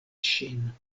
ŝin